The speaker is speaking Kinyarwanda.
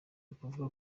ukuvuga